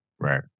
Right